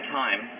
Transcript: time